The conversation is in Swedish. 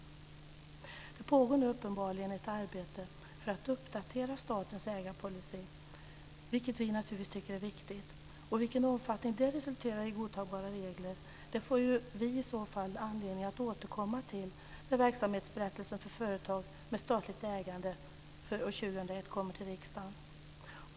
Det pågår nu uppenbarligen ett arbete för att uppdatera statens ägarpolicy, vilket vi naturligtvis tycker är viktigt. I vilken omfattning det resulterar i godtagbara regler får vi anledning att återkomma till när verksamhetsberättelsen för företag med statligt ägande för år 2001 kommer till riksdagen.